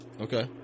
Okay